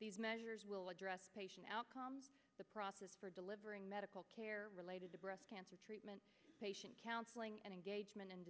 these measures will address patient outcomes the process for delivering medical care related to breast cancer treatment patient counseling and engagement and